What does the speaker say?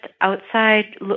outside